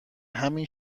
همین